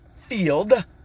field